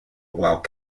while